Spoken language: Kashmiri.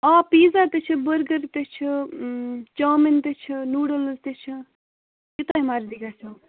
آ پیٖزا تہِ چھِ بٔرگر تہِ چھِ چامِن تہِ چھِ نوٗڈلٕز تہِ چھِ کوٗتاہ مرضی گَژھیو